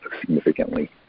significantly